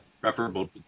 preferable